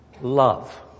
love